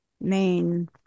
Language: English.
main